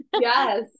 Yes